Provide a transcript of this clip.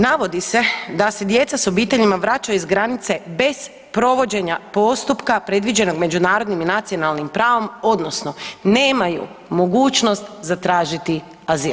Navodi se da se djeca s obiteljima vraćaju iz granice bez provođenja postupka predviđenog međunarodnim i nacionalnim pravom odnosno nemaju mogućnost zatražiti azil.